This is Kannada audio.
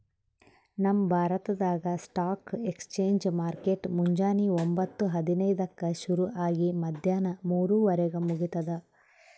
ನಮ್ ಭಾರತ್ದಾಗ್ ಸ್ಟಾಕ್ ಎಕ್ಸ್ಚೇಂಜ್ ಮಾರ್ಕೆಟ್ ಮುಂಜಾನಿ ಒಂಬತ್ತು ಹದಿನೈದಕ್ಕ ಶುರು ಆಗಿ ಮದ್ಯಾಣ ಮೂರುವರಿಗ್ ಮುಗಿತದ್